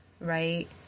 right